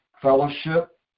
fellowship